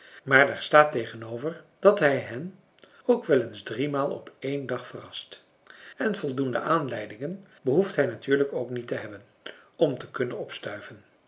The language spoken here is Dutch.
maar daar staat tegenover dat hij hen ook wel eens driemaal op één dag verrast en voldoende aanleidingen behoeft hij natuurlijk ook niet te hebben om te kunnen opstuiven